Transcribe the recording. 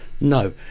No